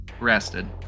rested